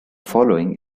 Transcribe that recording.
following